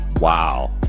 Wow